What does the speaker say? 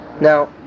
Now